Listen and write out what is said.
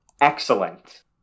excellent